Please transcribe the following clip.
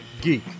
Geek